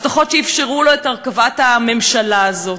הבטחות שאפשרו לו את הרכבת הממשלה הזאת.